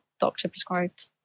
doctor-prescribed